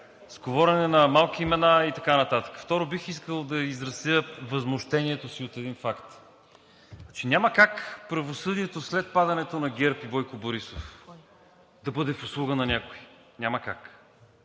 с говорене на малки имена и така нататък. Второ, бих искал да изразя възмущението си от един факт – няма как правосъдието след падането на ГЕРБ и Бойко Борисов да бъде в услуга на някого. Няма как.